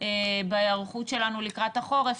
בהיערכות שלנו לקראת החורף,